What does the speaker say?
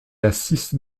assiste